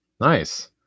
Nice